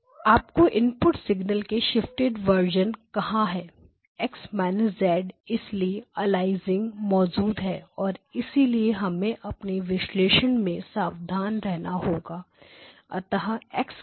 आपके input signal के shifted version कहां है X − z इसलिए अलियासिंग मौजूद है और इसलिए हमें अपने विश्लेषण में सावधान रहना होगा अतः X